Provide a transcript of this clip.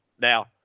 now